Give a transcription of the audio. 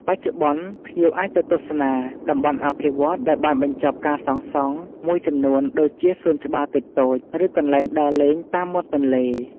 បច្ចុប្បន្ន ភ្ញៀវអាចទៅទស្សនា តំបន់អភិវឌ្ឍន៍ដែលបានបញ្ចប់ការសាងសង់មួយចំនួនដូចជាសួនច្បារតូចៗ ឬកន្លែងដើរលេងតាមមាត់ទន្លេ។